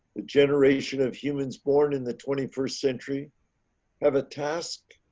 the generation of humans, born in the twenty first century have a task,